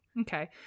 okay